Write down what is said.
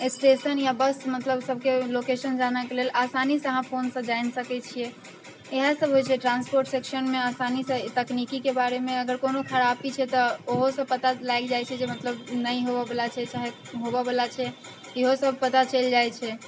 station या bus मतलब सबके लोकेशन जानऽके लेल आसानीसँ अहाँ फोनसँ जानि सकै छिए इएहसब होइ छै ट्रान्सपोर्ट सेक्शनमे आसानीसँ तकनीकीके बारेमे अगर कोनो खराबी छै तऽ ओहो से पता लागि जाइ छै जे मतलब नहि होइवला छै चाहे होबऽवला छै इहोसब पता चलि जाइ छै